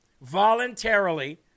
voluntarily